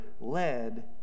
led